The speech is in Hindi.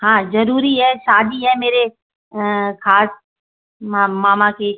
हाँ ज़रूरी है शादी है मेरे खास मा मामा की